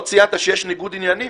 לא ציית שיש ניגוד עניינים